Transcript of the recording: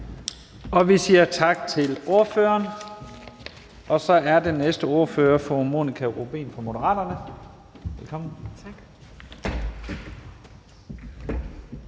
Vi siger tak til ordføreren. Så er den næste ordfører fru Monika Rubin fra Moderaterne. Velkommen.